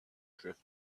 drift